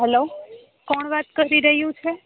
hello કોણ વાત કરી રયુ છે